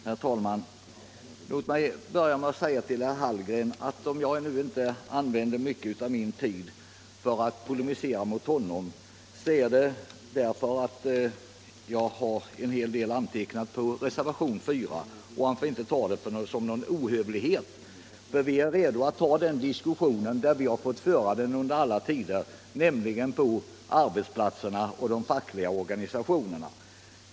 Herr talman! Låt mig börja med att säga till herr Hallgren att om jag nu inte använder mycket av min tid för att polemisera mot honom så är det därför att jag har en hel del antecknat som jag vill anföra beträffande reservation 4. Herr Hallgren får inte uppfatta det som någon ohövlighet, för vi är redo att ta diskussionen med kommunisterna där vi har fått föra den under alla tider, nämligen på arbetsplatserna och i de fackliga organisationerna.